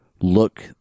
look